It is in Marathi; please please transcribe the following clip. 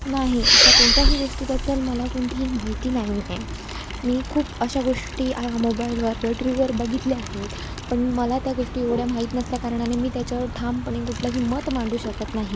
नाही अशा कोणत्याही गोष्टीबद्दल मला कोणतीही माहिती नाही आहे मी खूप अशा गोष्टी मोबाईलवर किंवा टी वीवर बघितल्या आहेत पण मला त्या गोष्टी एवढ्या माहित नसल्या कारणाने मी त्याच्यावर ठामपणे कुठलंही मत मांडू शकत नाही